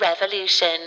Revolution